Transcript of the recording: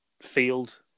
field